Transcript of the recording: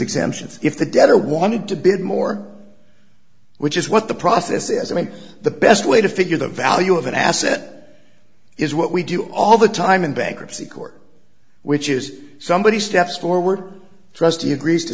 exemptions if the debtor wanted to bid more which is what the process is i mean the best way to figure the value of an asset is what we do all the time in bankruptcy court which is somebody steps forward trustee agrees to